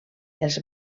els